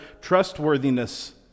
trustworthiness